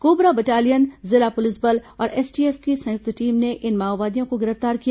cobra battalion जिला police बल और एसटीएफ की संयुक्त टीम ने इन माओवादियों को गिरफ्तार किया